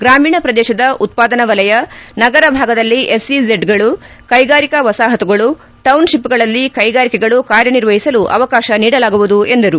ಗ್ರಾಮೀಣ ಪ್ರದೇಶದ ಉತ್ಪಾದನಾ ವಲಯ ನಗರ ಭಾಗದಲ್ಲಿ ಎಸ್ಇಝಡ್ಗಳು ಕೈಗಾರಿಕಾ ವಸಾಹತುಗಳು ಟೌನ್ಷಪ್ಗಳಲ್ಲಿ ಕೈಗಾರಿಕೆಗಳು ಕಾರ್ಯ ನಿರ್ವಹಿಸಲು ಅವಕಾಶ ನೀಡಲಾಗುವುದು ಎಂದರು